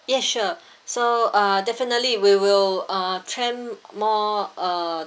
yes sure so uh definitely we will uh train more uh